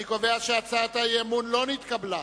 אני קובע שהצעת האי-אמון לא נתקבלה.